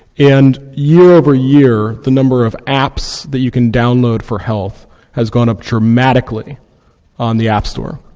and year-over-year, the number of apps that you can download for help has gone up dramatically on the app store.